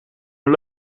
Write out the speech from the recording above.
een